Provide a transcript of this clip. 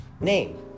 name